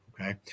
Okay